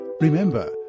Remember